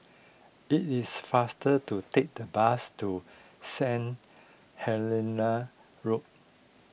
it is faster to take the bus to Saint Helena Road